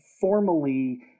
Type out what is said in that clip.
formally